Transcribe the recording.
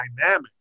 dynamic